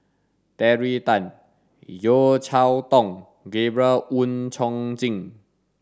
Terry Tan Yeo Cheow Tong Gabriel Oon Chong Jin